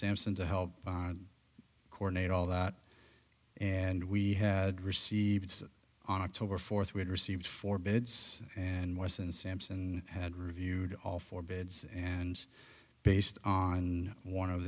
sampson to help coordinate all that and we had received on october fourth we had received four bids and wesson sampson had reviewed all four bids and based on one of